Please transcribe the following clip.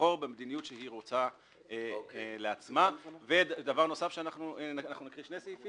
לבחור במדיניות שהיא רוצה לעצמה, ודבר נוסף, הסעיף